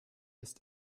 ist